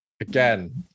again